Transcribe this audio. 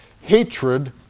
hatred